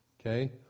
Okay